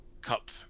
cup